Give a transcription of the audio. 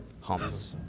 Humps